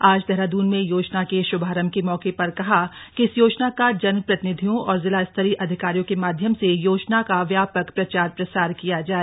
आज देहरादून में योजना का श्भारंभ के मौके पर कहा कि इस योजना का जनप्रतिनिधियों और जिलास्तरीय अधिकारियों के माध्यम से योजना का व्यापक प्रचार प्रसार किया जाय